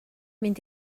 mynd